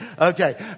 Okay